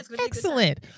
Excellent